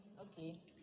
Okay